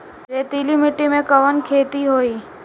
रेतीली माटी में कवन खेती होई?